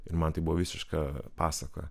ir man tai buvo visiška pasaka